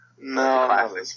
No